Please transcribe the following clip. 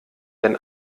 denn